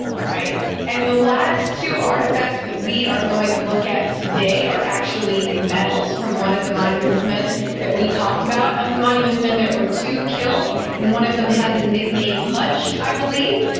and the last two artefacts that we are going to look at today are actually medals from one of the monuments men that we talked about. of the monuments men there were two killed and one of them had the nick name hutch, i believe.